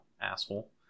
asshole